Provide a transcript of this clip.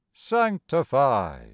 Sanctify